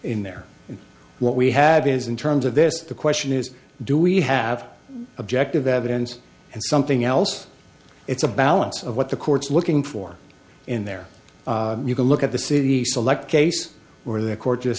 in there and what we have is in terms of this the question is do we have objective evidence and something else it's a balance of what the courts are looking for in their you can look at the city select case or the court just